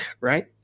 right